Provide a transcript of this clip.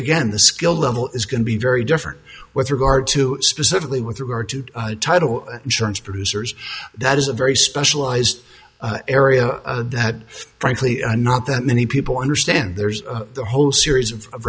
again the skill level is going to be very different with regard to specifically with regard to title insurance producers that is a very specialized area that frankly not that many people understand there's a whole series of